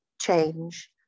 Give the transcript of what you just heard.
change